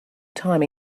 time